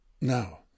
no